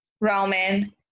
Roman